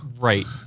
Right